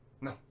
No